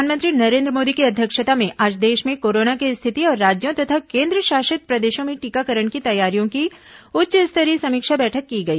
प्रधानमंत्री नरेन्द्र मोदी की अध्यक्षता में आज देश में कोरोना की रिथिति और राज्यों तथा केन्द्रशासित प्रदेशों में टीकाकरण की तैयारियों की उच्च स्तरीय समीक्षा बैठक की गई